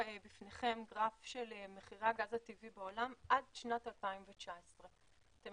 לפניכם גרף של מחירי הגז הטבעי בעולם עד שנת 2019. אתם